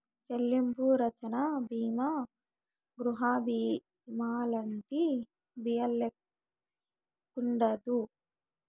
చెల్లింపు రచ్చన బీమా గృహబీమాలంటి బీమాల్లెక్కుండదు